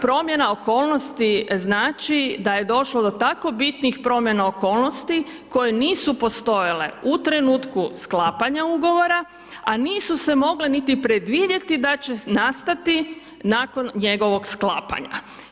Promjena okolnosti znači da je došlo do tako bitnih promjena okolnosti koje nisu postojale u trenutku sklapanja ugovora, a nisu se mogle niti predvidjeti da će nastati nakon njegovog sklapanja.